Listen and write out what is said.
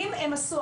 אם הם עשו,